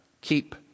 keep